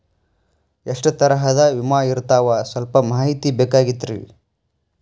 ಎಷ್ಟ ತರಹದ ವಿಮಾ ಇರ್ತಾವ ಸಲ್ಪ ಮಾಹಿತಿ ಬೇಕಾಗಿತ್ರಿ